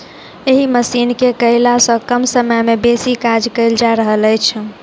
एहि मशीन केअयला सॅ कम समय मे बेसी काज कयल जा रहल अछि